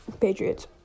Patriots